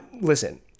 listen